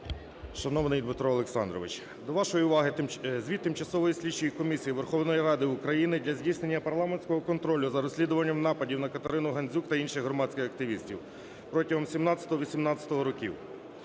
шановний Дмитро Олександрович. До вашої уваги Звіт Тимчасової слідчої комісії Верховної Ради України для здійснення парламентського контролю за розслідуваннями нападів на Катерину Гандзюк та інших громадських активістів протягом 2017-2018 років.